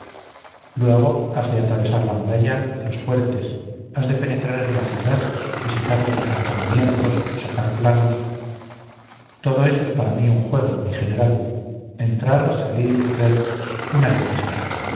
has de atravesar la muralla los fuertes has de penetrar en la ciudad visitar los acantonamientos sacar planos todo eso es para mí un juego mi general entrar salir ver una diversión